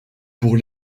pour